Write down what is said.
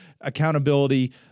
Accountability